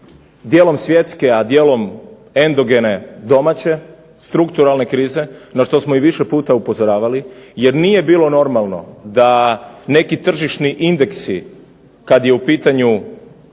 dijelom svjetske, dijelom endogene domaće strukturalne krize na što smo više puta upozoravali, jer nije bilo normalno da neki tržišni indeksi kada je u pitanju